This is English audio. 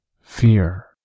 Fear